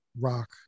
rock